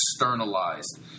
externalized